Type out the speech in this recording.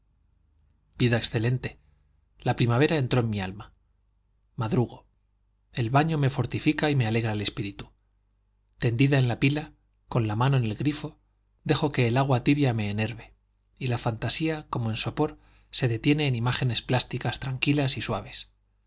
vida excelente la primavera entró en mi alma madrugo el baño me fortifica y me alegra el espíritu tendida en la pila con la mano en el grifo dejo que el agua tibia me enerve y la fantasía como en sopor se detiene en imágenes plásticas tranquilas y suaves